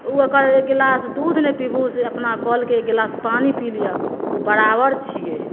ओ ओकर एक गिलास दूध नहि पीबू जे अपना कलके एक गिलास पानि पी लिअ ओ बराबर छियै